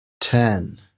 ten